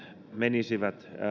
menisivät